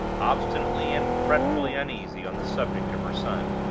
obstinately and fretfully uneasy on the subject of her son.